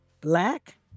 black